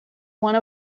one